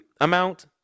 amount